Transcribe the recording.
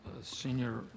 senior